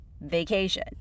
vacation